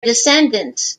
descendants